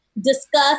discuss